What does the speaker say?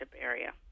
area